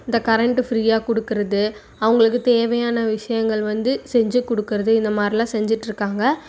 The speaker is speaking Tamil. இந்த கரண்ட்டு ஃப்ரீயாக கொடுக்கறது அவங்களுக்கு தேவையான விஷயங்கள் வந்து செஞ்சிக் கொடுக்கறது இந்த மாரிலாம் செஞ்சிட் இருக்காங்க